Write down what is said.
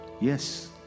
Yes